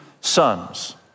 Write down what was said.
sons